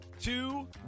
two